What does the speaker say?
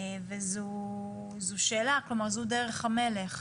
זו שאלה, כלומר זו דרך המלך.